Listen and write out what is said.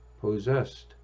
possessed